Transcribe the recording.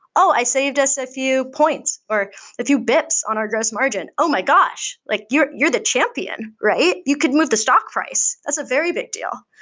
oh! i saved us a few points or a few beeps on our gross margin. oh my gosh! like you're you're the champion, right? you could move the stock price. that's a very big deal.